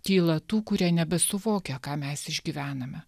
tylą tų kurie nebesuvokia ką mes išgyvename